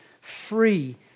free